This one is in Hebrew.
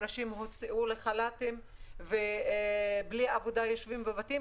ואנשים הוצאו לחל"ת ויושבים בבתים בלי עבודה.